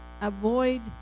avoid